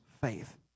faith